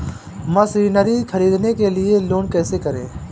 Machinery ख़रीदने के लिए लोन कैसे करें?